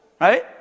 right